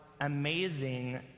amazing